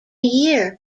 year